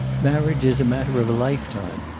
marriage is a matter of a life-time.